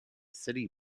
city